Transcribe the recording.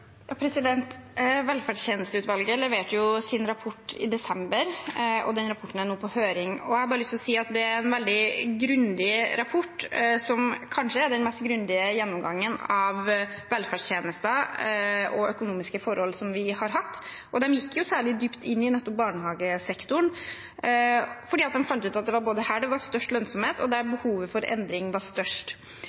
Velferdstjenesteutvalget leverte sin rapport i desember, og den rapporten er nå på høring. Jeg har bare lyst til å si at det er en veldig grundig rapport som kanskje er den mest grundige gjennomgangen av velferdstjenester og økonomiske forhold vi har hatt. De gikk særlig dypt inn i nettopp barnehagesektoren, fordi de fant ut at det var både der det var størst lønnsomhet, og der behovet for endring var størst.